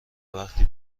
وقتی